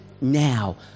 now